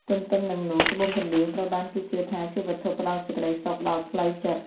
ទន្ទឹមនឹងនោះ ត្បូងកណ្ដៀងត្រូវបានគេជឿថាជាវត្ថុផ្ដល់សេចក្ដីសុខដល់ផ្លូវចិត្ត។